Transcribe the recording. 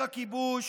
המשך הכיבוש,